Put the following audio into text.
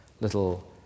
little